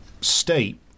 state